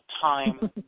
time